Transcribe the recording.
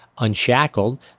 unshackled